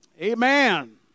Amen